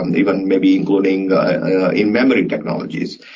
and even maybe including in-memory technologies.